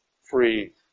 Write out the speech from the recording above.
free